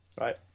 Right